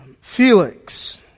Felix